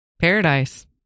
paradise